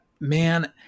man